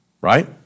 Right